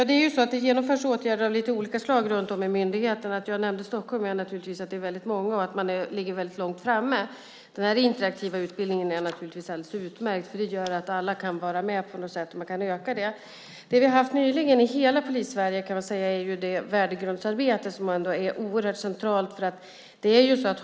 Herr talman! Det genomförs åtgärder av lite olika slag runt om på myndigheterna. Att jag nämnde Stockholm var därför att det där är väldigt många och att man ligger väldigt långt framme. Den interaktiva utbildningen är naturligtvis alldeles utmärkt, för det gör att alla kan vara med och att man kan öka omfattningen av den. Det vi har haft nyligen i hela Polissverige är det värdegrundsarbete som är oerhört centralt.